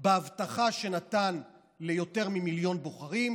בהבטחה שנתן ליותר ממיליון בוחרים,